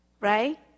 right